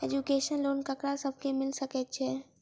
Education loan ककरा सब केँ मिल सकैत छै?